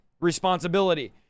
responsibility